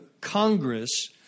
Congress